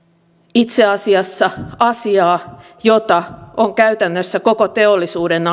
itse asiassa asiaa jota on käytännössä koko teollisuuden